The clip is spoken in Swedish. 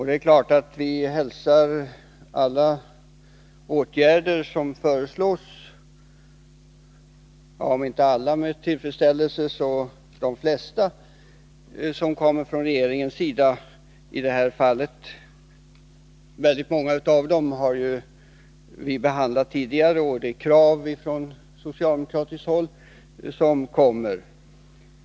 Det är klart att vi hälsat med tillfredsställelse om inte alla så de flesta åtgärder som har föreslagits från regeringens sida. Väldigt många av förslagen har vi ju behandlat tidigare, och det är ofta krav från socialdemokratiskt håll som tas upp.